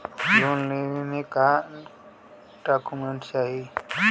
Loan लेवे मे का डॉक्यूमेंट चाही?